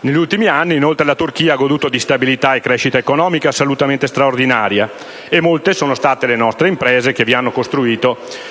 Negli ultimi anni inoltre la Turchia ha goduto di stabilità e crescita economica assolutamente straordinarie e molte sono le nostre imprese che vi hanno costituito